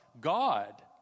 God